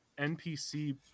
NPC